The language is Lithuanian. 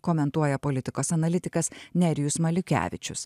komentuoja politikos analitikas nerijus maliukevičius